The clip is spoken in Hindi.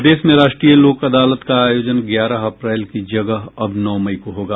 प्रदेश में राष्ट्रीय लोक अदालत का आयोजन ग्यारह अप्रैल की जगह अब नौ मई को होगा